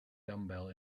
dumbbell